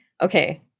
okay